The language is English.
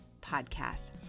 podcast